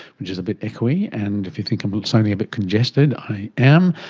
which is a bit echoey, and if you think i'm sounding a bit congested, i am.